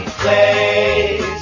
place